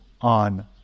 on